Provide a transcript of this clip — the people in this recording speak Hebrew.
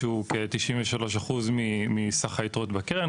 שהוא כ-93% מסך היתרות בקרן.